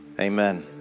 Amen